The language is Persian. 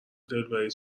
دلبری